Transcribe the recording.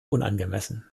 unangemessen